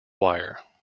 wire